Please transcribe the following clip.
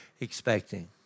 expecting